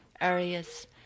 areas